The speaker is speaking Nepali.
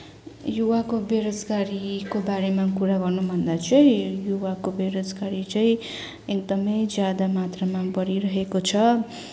युवाको बेरोजगारीको बारेमा कुरा गर्नुभन्दा चाहिँ युवाको बेरोजगारी चाहिँ एकदमै ज्यादा मात्रामा बढिरहेको छ